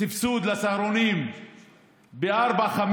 סבסוד לצהרונים ב-5-4.